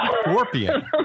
scorpion